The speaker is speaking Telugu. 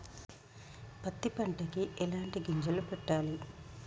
పత్తి పంటకి ఎలాంటి గింజలు పెట్టాలి?